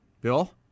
Bill